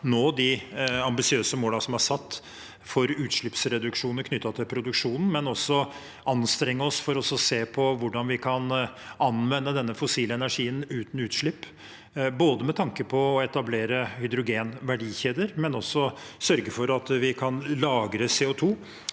nå de ambisiøse målene som er satt for utslippsreduksjoner knyttet til produksjonen, men også anstrenge oss for å se på hvordan vi kan anvende den fossile energien uten utslipp, både med tanke på å etablere hydrogenverdikjeder, og å sørge for at vi kan lagre CO2